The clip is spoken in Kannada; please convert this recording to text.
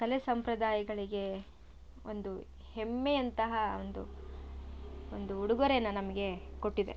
ಕಲೆ ಸಂಪ್ರದಾಯಗಳಿಗೆ ಒಂದು ಹೆಮ್ಮೆ ಅಂತಹ ಒಂದು ಒಂದು ಉಡುಗೊರೆನ ನಮಗೆ ಕೊಟ್ಟಿದೆ